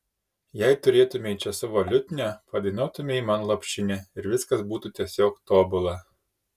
jei turėtumei čia savo liutnią padainuotumei man lopšinę ir viskas būtų tiesiog tobula